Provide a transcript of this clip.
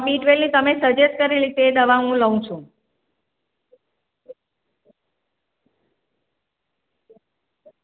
બી ટ્વેલ્વની તમે સજેસ્ટ કરેલી છે એ દવા હું લઉં છું